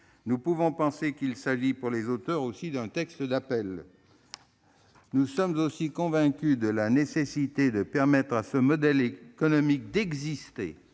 Nous pouvons aussi penser qu'il s'agit, pour les auteurs, d'un texte d'appel. Nous sommes également convaincus de la nécessité de permettre à ce modèle économique d'exister,